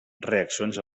reaccions